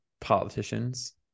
politicians